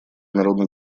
народно